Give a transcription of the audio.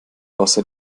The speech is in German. wasser